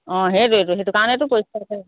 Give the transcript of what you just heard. অঁ সেইটোৱেতো সেইটো কাৰণেতো পৰিষ্কাৰকৈ ৰাখোঁ